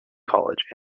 college